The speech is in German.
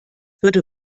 würde